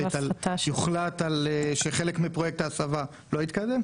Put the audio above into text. שיוחלט שחלק מפרויקט ההסבה לא יתקדם?